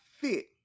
fit